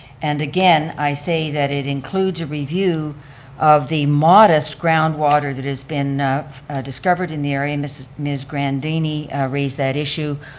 and again, i say that it includes a review of the modest groundwater that has been discovered in the area, and ah miss grandoni raised that issue,